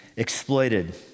exploited